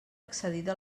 excedir